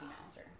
Master